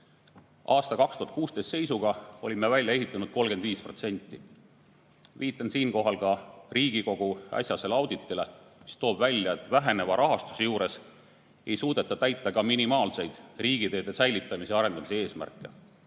aasta seisuga olime välja ehitanud 35%. Viitan siinkohal ka Riigi[kontrolli] äsjasele auditile, mis toob välja, et väheneva rahastamise tõttu ei suudeta täita ka minimaalseid riigiteede säilitamise ja arendamise eesmärke.